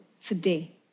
today